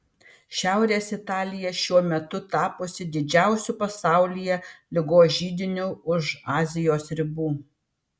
šiaurės italija šiuo metu tapusi didžiausiu pasaulyje ligos židiniu už azijos ribų